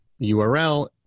URL